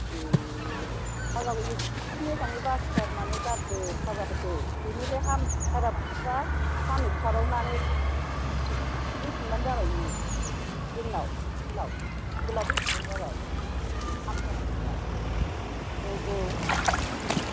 ए भाजाखौ एसे मोजाङै बासिथारनानै गारदो खाजाफोरखौ बिनिफ्राय हामथारा बायदिबा साननैसो थाबावनानै फैफिनबानो जाबाय नोङो जोंनाव उनाव सिभिल आव फैफिनबानो जाबाय हामथाराखैबा औ औ